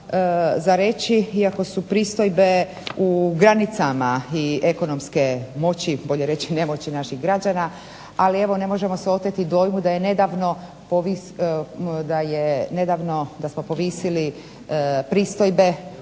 za reći iako su pristojbe u granicama ekonomske moći bolje reći nemoći naših građana ali ne možemo se oteti dojmu da smo povisili pristojbe u parničnim